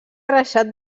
reixat